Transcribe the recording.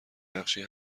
بخشی